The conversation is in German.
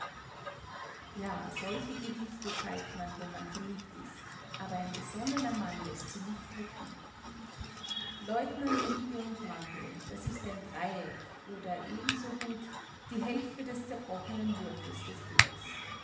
ja solche gedichte schreibt man wenn man verliebt ist aber ein besonnener mann läßt sie nicht drucken leutnant liebe und mangel das ist ein dreieck oder ebensogut die hälfte des zerbrochenen würfels des glückes